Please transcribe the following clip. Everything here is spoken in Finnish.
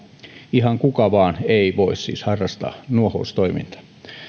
ihan kuka vain ei siis voi harrastaa nuohoustoimintaa